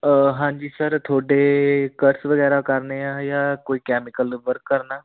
ਹਾਂਜੀ ਸਰ ਤੁਹਾਡੇ ਕਰਸ ਵਗੈਰਾ ਕਰਨੇ ਆ ਜਾਂ ਕੋਈ ਕੈਮੀਕਲ ਵਰਕ ਕਰਨਾ